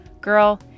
Girl